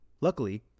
Luckily